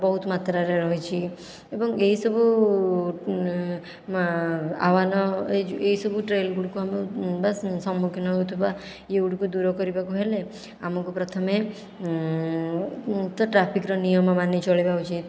ବହୁତ ମାତ୍ରାରେ ରହିଛି ଏବଂ ଏହି ସବୁ ଆହ୍ୱାନ ଏହି ସବୁ ଟ୍ରେଲ୍ଗୁଡ଼ିକୁ ଆମେ ବାସ ସମ୍ମୁଖୀନ ହେଉଥିବା ଏଗୁଡ଼ିକୁ ଦୂର କରିବାକୁ ହେଲେ ଆମକୁ ପ୍ରଥମେ ତ ଟ୍ରାଫିକ୍ର ନିୟମ ମାନି ଚଳିବା ଉଚିତ୍